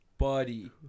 buddy